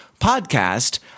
podcast